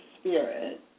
spirit